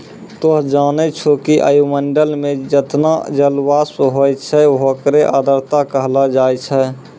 तोहं जानै छौ कि वायुमंडल मं जतना जलवाष्प होय छै होकरे आर्द्रता कहलो जाय छै